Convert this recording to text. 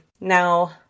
Now